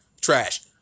Trash